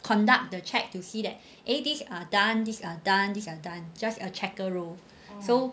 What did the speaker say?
conduct the check to see that eh these are done these are done these are done just a checker role so